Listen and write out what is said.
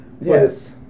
Yes